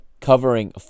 covering